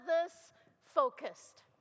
others-focused